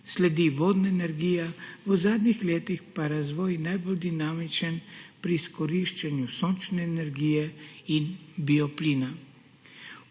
sledi vodna energija, v zadnjih letih pa je razvoj najbolj dinamičen pri izkoriščanju sončne energije in bioplina.